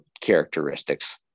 characteristics